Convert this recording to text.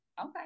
okay